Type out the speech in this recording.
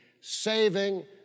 saving